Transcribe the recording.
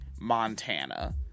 montana